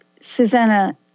Susanna